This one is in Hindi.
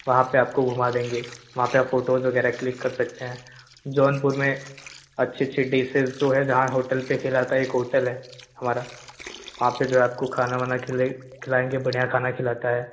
वहाँ पे आपको घुमा देंगे वहाँ पे फोटोज वगैरह क्लिक कर सकते हैं जौनपुर में अच्छी अच्छी डीसेस जो जहाँ है होटल पे खिलाता है एक होटल है हमारा वहाँ पे जो है आपको खाना वाना खिला खिलाएँगे बढ़िया खाना खिलाता है